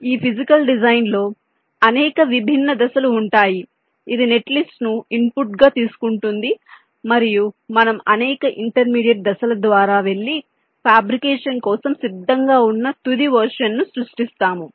కాబట్టి ఈ physical design లో అనేక విభిన్న దశలు ఉంటాయి ఇది నెట్లిస్ట్ను ఇన్పుట్గా తీసుకుంటుంది మరియు మనము అనేక ఇంటర్మీడియట్ దశల ద్వారా వెళ్లి ఫ్యాబ్రికేషన్ కోసం సిద్ధంగా ఉన్న తుది వర్షన్ ను సృష్టిస్తాము